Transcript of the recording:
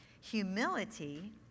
humility